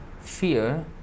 fear